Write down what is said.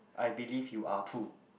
I believe you are too